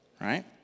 right